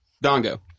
Dongo